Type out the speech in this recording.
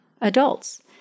adults